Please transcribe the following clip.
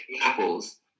Apples